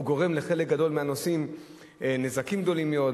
הוא גורם לחלק גדול מהנוסעים נזקים גדולים מאוד.